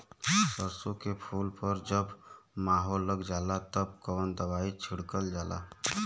सरसो के फूल पर जब माहो लग जाला तब कवन दवाई छिड़कल जाला?